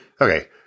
okay